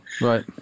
right